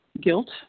guilt